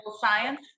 science